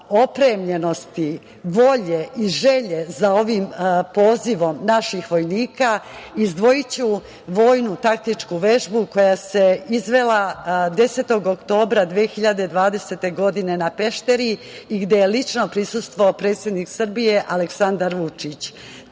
opremljenosti, volje i želje za ovim pozivom naših vojnika, izdvojiću vojnu taktičku vežbu koja se izvela 10. oktobra 2020. godine na Pešteru i gde je lično prisustvovao predsednik Srbije Aleksandar Vučić.